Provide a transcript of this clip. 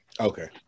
Okay